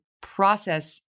process